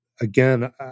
Again